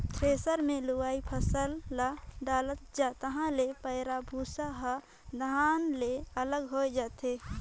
thresher मे लुवय फसल ल डालत जा तहाँ ले पैराःभूसा हर दाना ले अलग हो जाथे